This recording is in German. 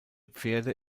pferde